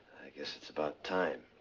guess it's about time.